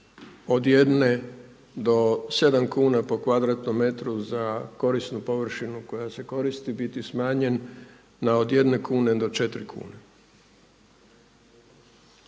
od 1 do 7 kuna po kvadratnom metru za korisnu površinu koja se koristi biti smanjen na od 1 kune do 4 kune.